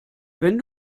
wenn